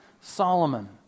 Solomon